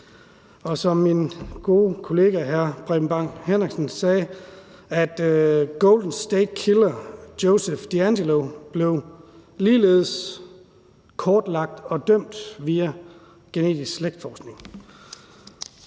Og som min gode kollega, hr. Preben Bang Henriksen, sagde: The Golden State Killer, Joseph DeAngelo, blev ligeledes fundet og dømt via genetisk slægtsforskning.